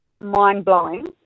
mind-blowing